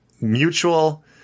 mutual